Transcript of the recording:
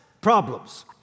problems